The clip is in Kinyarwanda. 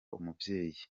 umubyeyi